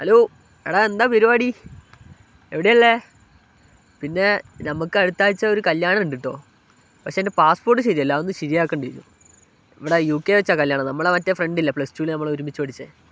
hello എടാ എന്താ പരിപാടി എവിടെയാ ഉള്ളത് പിന്നെ നമുക്ക് അടുത്ത ആഴ്ച ഒര് കല്യാണം ഉണ്ട് കേട്ടോ പക്ഷേ എൻ്റെ പാസ്പോർട്ട് ശരിയല്ല അതൊന്ന് ശരിയാക്കേണ്ടതിന് ഇവിടെ യു കെയിൽ വെച്ചാണ് കല്യാണം നമ്മളുടെ മറ്റേ ഫ്രണ്ടില്ലേ പ്ലസ് ടൂവില് നമ്മളൊരുമിച്ച് പഠിച്ചത്